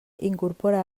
incorpora